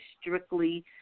strictly